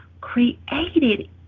created